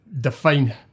define